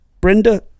Brenda